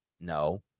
No